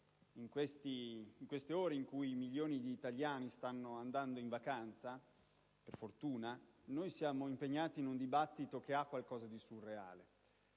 in queste ore, in cui milioni di italiani stanno andando in vacanza, per fortuna, siamo impegnati in un dibattito che ha qualcosa di surreale,